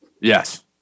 Yes